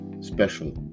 special